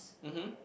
mmhmm